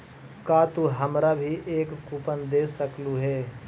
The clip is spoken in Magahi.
का तू हमारा भी एक कूपन दे सकलू हे